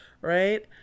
right